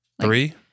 Three